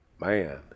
Man